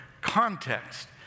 context